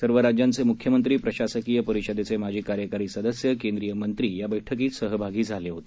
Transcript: सर्व राज्यांचे मुख्यमंत्री प्रशासकीय परिषदेचे माजी कार्यकारी सदस्य केंद्रीय मंत्री या बैठकीत सहभागी झाले होते